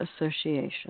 Association